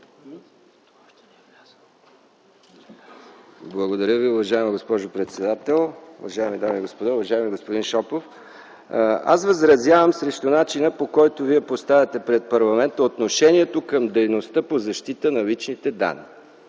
Благодаря Ви, уважаема госпожо председател. Уважаеми дами и господа! Уважаеми господин Шопов, аз възразявам срещу начина, по който Вие поставяте пред парламента отношението към дейността по защита на личните данни.